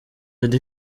eddy